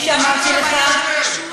כפי שאמרתי לך,